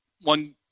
one